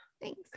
thanks